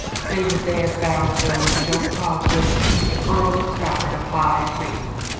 saying that they had found that there was just cause to accuse the earl of strafford of high treason,